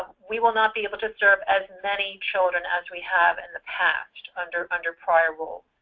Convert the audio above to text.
we will not be able to serve as many children as we have in the past under under prior rule.